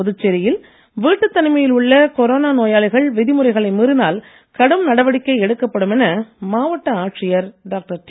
புதுச்சேரியில் வீட்டுத் தனிமையில் உள்ள கொரோனா நோயாளிகள் விதிமுறைகளை மீறினால் கடும் நடவடிக்கை எடுக்கப்படும் என மாவட்ட ஆட்சியர் டாக்டர் டி